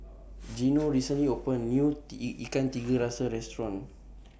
Gino recently opened A New Ikan Tiga Rasa Restaurant